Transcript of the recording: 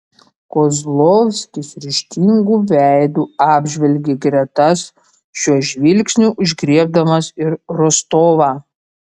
kozlovskis ryžtingu veidu apžvelgė gretas šiuo žvilgsniu užgriebdamas ir rostovą